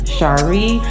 Shari